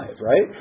right